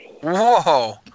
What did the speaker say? Whoa